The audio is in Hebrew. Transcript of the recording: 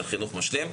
של חינוך משלים.